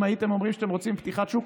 אם הייתם אומרים שאתם רוצים פתיחת שוק,